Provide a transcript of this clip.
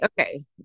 Okay